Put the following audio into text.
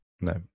No